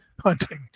hunting